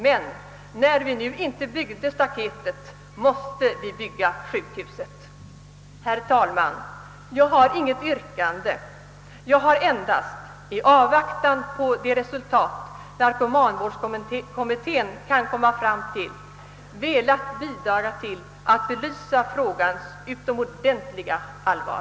Men när vi nu inte byggde staketet måste vi bygga sjukhuset. Herr talman! Jag har intet yrkande. Jag har endast — i avvaktan på de resultat narkomanvårdskommittén kan komma till — velat bidra till att belysa frågans utomordentliga allvar.